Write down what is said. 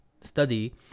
study